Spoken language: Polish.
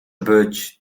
być